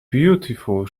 beautiful